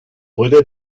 puede